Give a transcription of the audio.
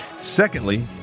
Secondly